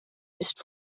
ist